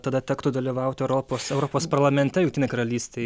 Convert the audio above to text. tada tektų dalyvauti europos europos parlamente jungtinei karalystei